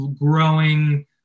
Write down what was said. growing